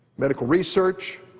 medical research,